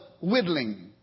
whittling